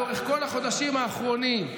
לאורך כל החודשים האחרונים,